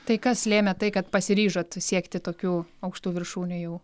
tai kas lėmė tai kad pasiryžot siekti tokių aukštų viršūnių jau